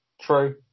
True